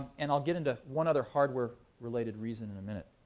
and i'll get into one other hardware-related reason in a minute.